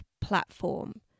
platform